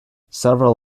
several